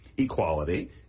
Equality